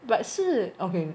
but 是 ok